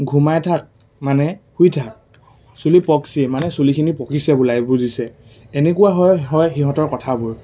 ঘোমাই থাক মানে শুই থাক চুলি পকছি মানে চুলিখিনি পকিছে বুজিছে এনেকুৱা হয় হয় সিহঁতৰ কথাবোৰ